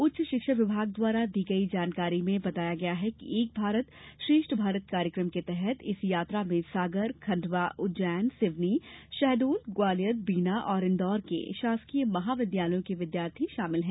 उच्च शिक्षा विभाग द्वारा दी गई जानकारी में बताया है कि एक भारत श्रेष्ठ भारत कार्यक्रम के तहत इस यात्रा में सागर खंडवा उज्जैन सिवनी शहडोल ग्वालियर बीना और इन्दौर के शासकीय महाविद्यालयों के विद्यार्थी शामिल है